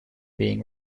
being